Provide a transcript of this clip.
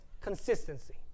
consistency